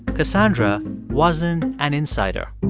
cassandra wasn't an insider.